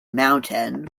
mountain